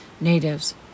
Natives